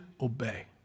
obey